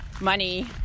money